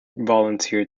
volunteered